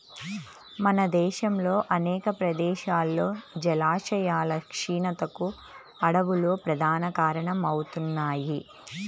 మన దేశంలో అనేక ప్రదేశాల్లో జలాశయాల క్షీణతకు అడవులు ప్రధాన కారణమవుతున్నాయి